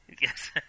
Yes